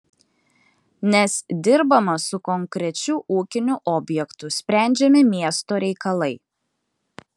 nes dirbama su konkrečiu ūkiniu objektu sprendžiami miesto reikalai